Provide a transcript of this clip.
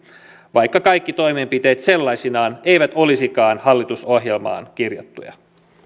vaikka kaikki toimenpiteet sellaisinaan eivät olisikaan hallitusohjelmaan kirjattuja